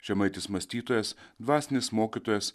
žemaitis mąstytojas dvasinis mokytojas